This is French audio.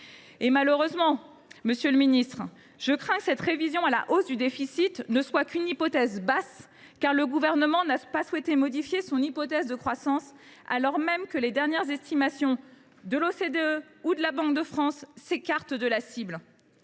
fiscales représentaient 46,1 % du PIB. Je crains que cette révision à la hausse du déficit ne soit qu’une hypothèse basse, car le Gouvernement n’a pas modifié son hypothèse de croissance, alors même que les dernières estimations de l’OCDE ou de la Banque de France s’écartent de la cible.